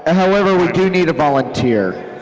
and however, we do need a volunteer.